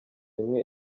imwe